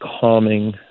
calming